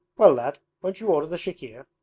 well, lad, won't you order the chikhir?